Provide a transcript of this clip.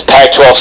Pac-12